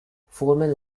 foreman